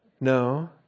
No